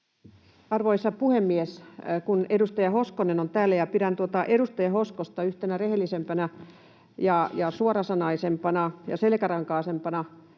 Arvoisa puhemies! Kun edustaja Hoskonen on täällä — pidän edustaja Hoskosta yhtenä rehellisimpänä, suorasanaisimpana ja selkärankaisimpana